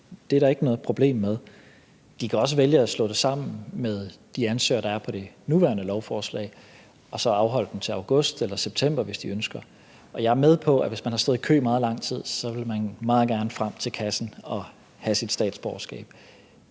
Det er der ikke noget problem med. De kan også vælge at slå det sammen med de ansøgere, der er på det nuværende lovforslag, og så afholde ceremonien til august eller september, hvis de ønsker det. Jeg er med på, at hvis man har stået i kø i meget lang tid, vil man meget gerne frem til kassen og have sit statsborgerskab.